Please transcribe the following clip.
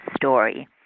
story